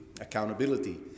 accountability